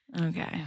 Okay